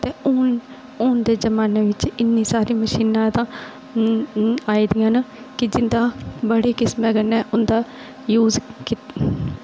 ते हून हून दे जमानै च इन्नी सारी मशीनां दा आई दियां की उंदा बड़ी किस्मां कन्नै यूज़ कीता